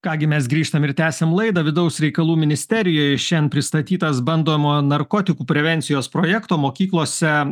ką gi mes grįžtam ir tęsiam laidą vidaus reikalų ministerijoj šian pristatytas bandomojo narkotikų prevencijos projekto mokyklose